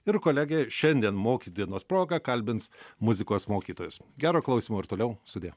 ir kolegė šiandien moki dienos proga kalbins muzikos mokytojas gero klausymo ir toliau sudie